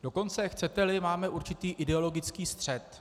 Dokonce, chceteli, máme určitý ideologický střet.